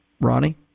Ronnie